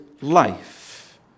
life